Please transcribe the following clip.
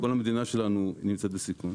וכל המדינה שלנו נמצאת בסיכון.